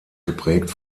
geprägt